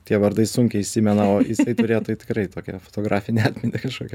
tie vardai sunkiai įsimena o jisai turėjo tai tikrai tokią fotografinę atmintį kažkokią